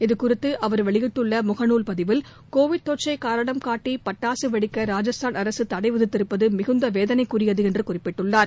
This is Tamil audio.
இது குறித்து அவர் வெளியிட்டுள்ள முகநூல் பதிவில் கோவிட் தொற்றை காரணம் காட்டி பட்டாசு வெடிக்க ராஜஸ்தான் அரசு தடை விதித்திருப்பது மிகுந்த வேதனைக்குரியது என்று குறிப்பிட்டுள்ளார்